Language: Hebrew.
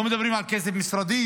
לא מדברים על כסף משרדי,